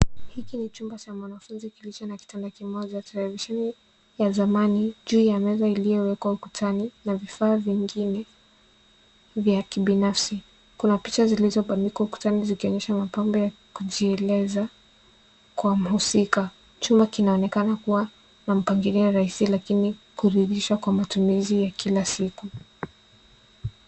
Hiki ni chumba cha mwanafunzi kilicho na kitanda kimoja. Televisheni ya zamani juu ya meza iliyowekwa ukutani na vifaa vingine vya kibinafsi. Kuna picha zilizobandikwa ukutani zikionyesha mapambo ya kujieleza kwa mhusika. Chumba kinaonekana kuwa na mpangilio rahisi lakini kuridhishwa kwa matumizi ya kila siku.